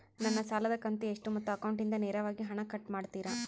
ನನ್ನ ಸಾಲದ ಕಂತು ಎಷ್ಟು ಮತ್ತು ಅಕೌಂಟಿಂದ ನೇರವಾಗಿ ಹಣ ಕಟ್ ಮಾಡ್ತಿರಾ?